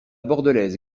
bordelaise